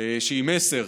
שהיא מסר